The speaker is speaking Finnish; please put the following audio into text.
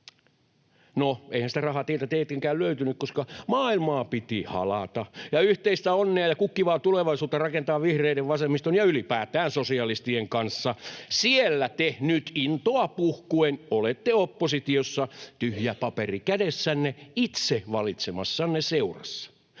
No, eihän sitä rahaa teiltä tietenkään löytynyt, koska maailmaa piti halata ja yhteistä onnea ja kukkivaa tulevaisuutta rakentaa vihreiden, vasemmiston ja ylipäätään sosialistien kanssa. Siellä te nyt intoa puhkuen olette oppositiossa tyhjä paperi kädessänne itse valitsemassanne seurassa.